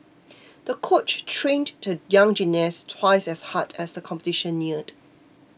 the coach trained the young gymnast twice as hard as the competition neared